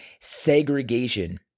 segregation